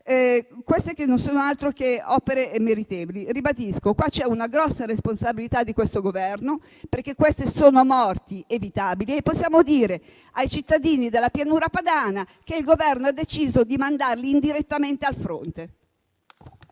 queste che non sono altro che opere meritevoli. Lo ribadisco: c'è una grossa responsabilità di questo Governo perché queste sono morti evitabili. Possiamo dire ai cittadini della Pianura padana che il Governo ha deciso di mandarli indirettamente al fronte.